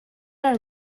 are